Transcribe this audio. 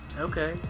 okay